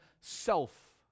self